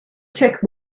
check